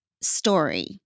story